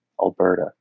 Alberta